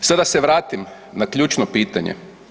I sad da se vratim na ključno pitanje.